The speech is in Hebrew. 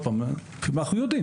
אנחנו יודעים